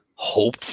Hope